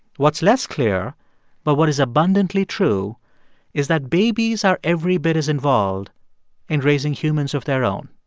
what's less clear but what is abundantly true is that babies are every bit as involved in raising humans of their own.